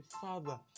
father